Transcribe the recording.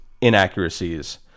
inaccuracies